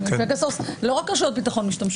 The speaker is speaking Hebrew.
בפגסוס לא רק רשויות ביטחון משתמשים..